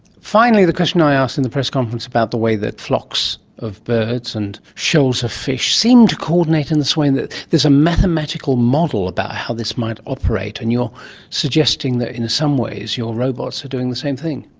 finally, the question i asked in the press conference about the way that flocks of birds and shoals of fish seem to coordinate in this way in that there's a mathematical model about how this might operate, and you're suggesting that in some ways your robots are doing the same thing.